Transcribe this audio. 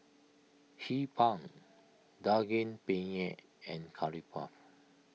Hee Pan Daging Penyet and Curry Puff